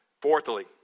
Fourthly